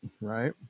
Right